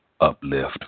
uplift